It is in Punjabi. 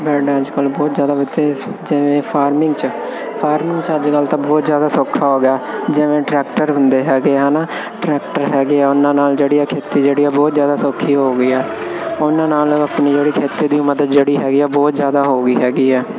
ਬੈਡ ਅਜ ਕਲ੍ਹ ਬਹੁਤ ਜ਼ਿਆਦਾ ਇੱਥੇ ਜਿਵੇਂ ਫਾਰਮਿੰਗ 'ਚ ਫਾਰਮਿੰਗ 'ਚ ਅੱਜ ਕੱਲ੍ਹ ਤਾਂ ਬਹੁਤ ਜ਼ਿਆਦਾ ਸੌਖਾ ਹੋ ਗਿਆ ਜਿਵੇਂ ਟਰੈਕਟਰ ਹੁੰਦੇ ਹੈਗੇ ਹੈ ਨਾ ਟਰੈਕਟਰ ਹੈਗੇ ਆ ਉਹਨਾਂ ਨਾਲ ਜਿਹੜੀ ਖੇਤੀ ਜਿਹੜੀ ਆ ਬਹੁਤ ਜ਼ਿਆਦਾ ਸੌਖੀ ਹੋ ਗਈ ਹੈ ਉਹਨਾਂ ਨਾਲ ਆਪਣੀ ਜਿਹੜੀ ਖੇਤੀ ਦੀ ਉਮਦ ਜਿਹੜੀ ਹੈਗੀ ਬਹੁਤ ਜ਼ਿਆਦਾ ਹੋ ਗਈ ਹੈਗੀ ਹੈ